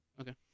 Okay